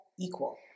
equal